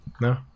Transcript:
no